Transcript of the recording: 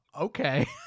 okay